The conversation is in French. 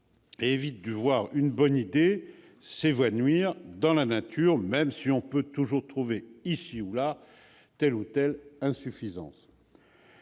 et évite de voir une bonne idée s'évanouir dans la nature, même si l'on peut toujours relever, ici ou là, telle ou telle insuffisance.